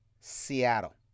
Seattle